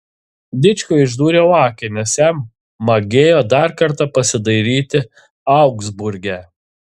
dičkiui išdūriau akį nes jam magėjo dar kartą pasidairyti augsburge